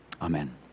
Amen